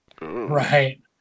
Right